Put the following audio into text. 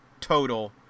total